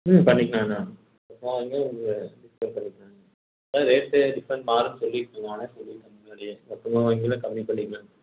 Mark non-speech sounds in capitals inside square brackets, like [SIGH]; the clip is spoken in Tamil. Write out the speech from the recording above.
பண்ணிக்கலாம்ண்ணா [UNINTELLIGIBLE] இதான் ரேட்டு டிஃப்ரெண்ட் மாறும்னு சொல்லிட்டு இருந்தாங்க சொல்லிடுவோம் முன்னாடியே மொத்தமாக வாங்குனீங்கன்னா கம்மி பண்ணிக்கலாம்ண்ணா